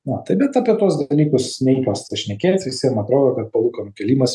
na tai bet apie tuos dalykus neįprasta šnekėt visiem atrodo kad palūkanų kėlimas